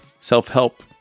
self-help